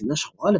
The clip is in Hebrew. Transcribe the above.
בשמלה שחורה,